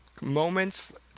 moments